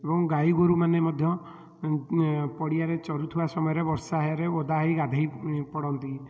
ଏବଂ ଗାଈ ଗୋରୁମାନେ ମଧ୍ୟ ପଡ଼ିଆରେ ଚରୁଥିବା ସମୟରେ ବର୍ଷାରେ ଓଦା ହେଇ ଗାଧେଇ ପଡ଼ନ୍ତି